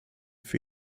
für